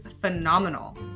phenomenal